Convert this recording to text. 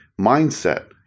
mindset